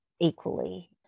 equally